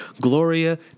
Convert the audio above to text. Gloria